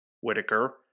Whitaker